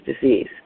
disease